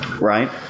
right